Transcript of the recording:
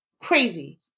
crazy